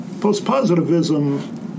post-positivism